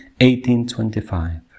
1825